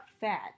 fat